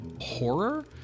horror